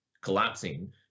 collapsing